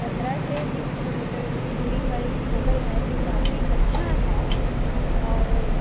पंद्रह से बीस किलोमीटर की दूरी पर एक होटल है जो काफी अच्छा है और